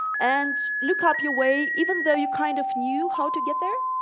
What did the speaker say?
and look up your way even though you kind of knew how to get there?